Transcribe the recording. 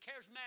charismatic